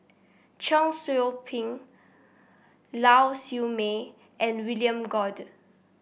Cheong Soo Pieng Lau Siew Mei and William Goode